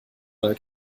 mal